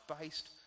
based